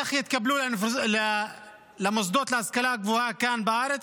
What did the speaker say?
איך יתקבלו למוסדות להשכלה גבוהה כאן בארץ?